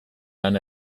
lan